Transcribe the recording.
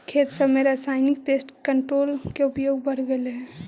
खेत सब में रासायनिक पेस्ट कंट्रोल के उपयोग बढ़ गेलई हे